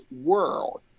world